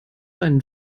einen